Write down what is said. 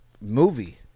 movie